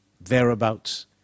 thereabouts